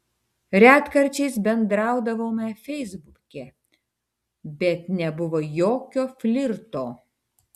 retkarčiais bendraudavome feisbuke bet nebuvo jokio flirto